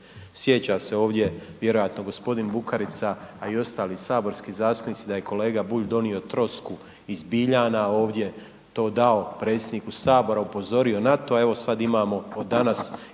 sjeća se ovdje vjerojatno g. Bukarica, a i ostali saborski zastupnici da je kolega Bulj donio trosku iz Biljana, ovdje to dao predsjedniku HS, upozorio na to, evo sad imamo, od danas